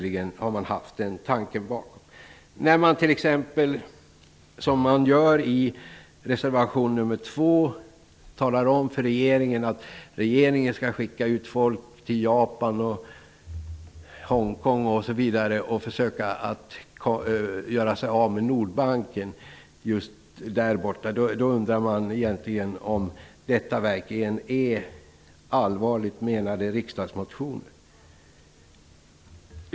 I reservation nr 2 menar man att regeringen skall skicka ut folk till exepelvis Japan och Hongkong för att göra sig av med Nordbanken. Man undrar ju om denna reservation bygger på en allvarligt menad riksdagsmotion.